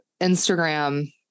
Instagram